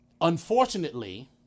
Unfortunately